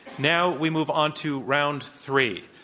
now we move on to round three.